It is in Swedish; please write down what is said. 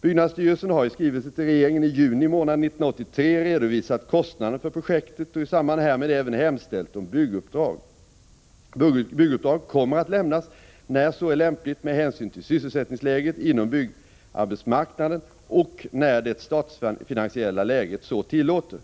Byggnadsstyrelsen har i skrivelse till regeringen i juni månad 1983 redovisat kostnaden för projektet och i samband härmed även hemställt om bygguppdrag. Bygguppdrag kommer att lämnas när så är lämpligt med hänsyn till sysselsättningsläget inom byggarbetsmarknaden och när det statsfinansiella läget så tillåter.